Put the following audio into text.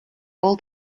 all